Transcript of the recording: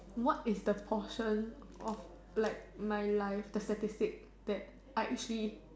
what is the portion of like my life the statistic that I actually